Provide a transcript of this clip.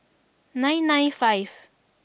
nine nine five